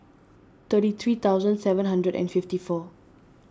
thirty three thousand seven hundred and fifty four